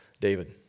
David